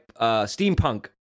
steampunk